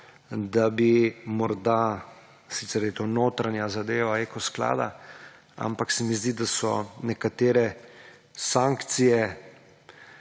da bi morda ‒ sicer je to notranja zadeva Eko sklada ‒, ampak se mi zdi, da so nekatere sankcije,